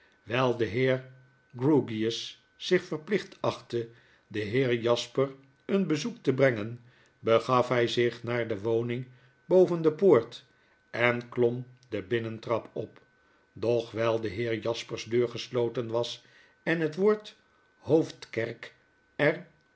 wyi de heer grewgious zich verplicht achtte den heer jasper een bezoek te brengen begaf hy zich naar de woning boven de poort en klom de binnentrap op doch wyi de heer jasper's deur gesloten was en het woord hoofdkerk er